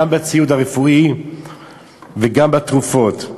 גם בציוד הרפואי וגם בתרופות.